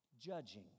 judging